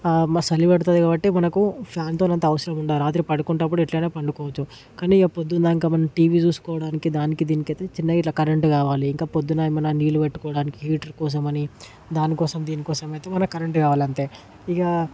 మా చలిపెడుతుంది కాబట్టి మనకు ఫ్యాన్తోన అంత అవసరం ఉండ రాత్రి పడుకుంటప్పుడు ఎట్లా అయినా పండుకోవచ్చు కానీ ఆ పొద్దున్నదాకా మనం టీవీ చూసుకోవడానికి దానికి దినికి అయితే చిన్నగిట్ల కరెంట్ కావాలి ఇంక పొద్దున ఏమన్నా నీళ్లు పట్టుకోవడానికి హీటర్ కోసమని దానికోసం దినికోసం అయితే మనకు కరెంట్ కావలి అంతే ఇక